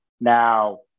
now